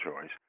choice